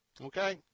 okay